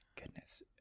Goodness